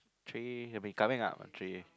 three he'll be coming up ah three